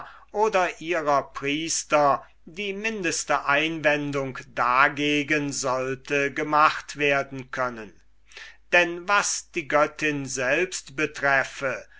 oder ihrer priester die mindeste einwendung dagegen sollte gemacht werden können denn was die göttin selbst betreffe